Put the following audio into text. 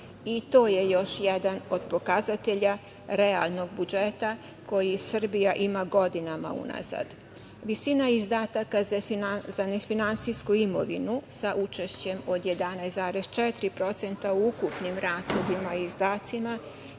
To je još jedan od pokazatelja realnog budžeta koji Srbija ima godinama unazad. Visina izdataka za nefinansijsku imovinu, sa učešćem od 11,4% u ukupnim rashodima i izdacima,